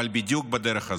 אבל בדיוק בדרך הזו.